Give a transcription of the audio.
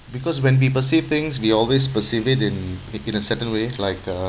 because when people say things we always persevere in in a certain way like uh